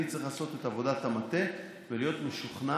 אני צריך לעשות את עבודת המטה ולהיות משוכנע,